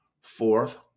Fourth